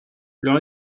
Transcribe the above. leur